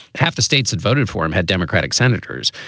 half the states that voted for him had democratic senators.